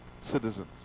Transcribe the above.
citizens